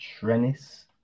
Trennis